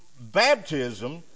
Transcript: Baptism